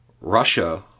Russia